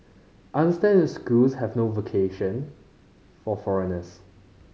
I understand if schools have no vacation for foreigners